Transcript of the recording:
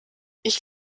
ich